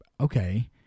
Okay